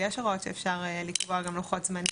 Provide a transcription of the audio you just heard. יש הוראות שאפשר לקבוע גם לוחות זמנים,